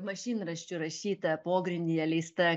mašinraščiu rašyta pogrindyje leista